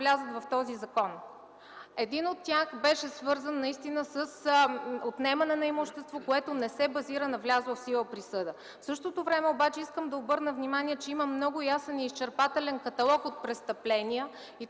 влязат в този закон. Един от тях беше свързан с отнемане на имущество, което не се базира на влязла в сила присъда. В същото време искам да обърна внимание, че има много ясен и изчерпателен каталог от престъпления,